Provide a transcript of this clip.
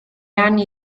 anni